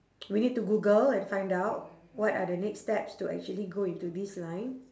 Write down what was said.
we need to google and find out what are the next steps to actually go into this line